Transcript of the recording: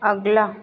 अगला